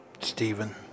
Stephen